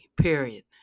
period